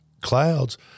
clouds